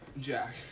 Jack